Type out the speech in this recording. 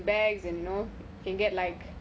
and you know can get like